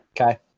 Okay